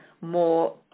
more